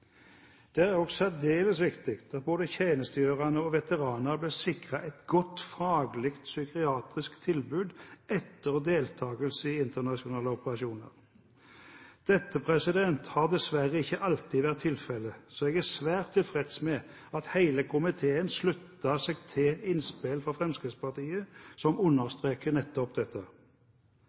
Det er også særdeles viktig at både tjenestegjørende og veteraner blir sikret et godt, faglig psykiatrisk tilbud etter deltakelse i internasjonale operasjoner. Dette har dessverre ikke alltid vært tilfellet, så jeg er svært tilfreds med at hele komiteen slutter seg til innspill fra Fremskrittspartiet som understreker nettopp dette.